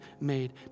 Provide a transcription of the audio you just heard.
made